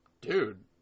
dude